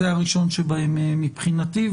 זה הראשון שבהם, מבחינתי.